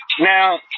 Now